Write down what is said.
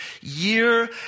Year